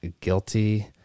guilty